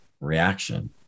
reaction